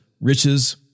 riches